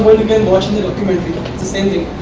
can watch in the documentary, it's the same thing